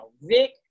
Vic